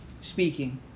speaking